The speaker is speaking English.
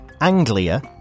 Anglia